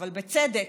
אבל בצדק,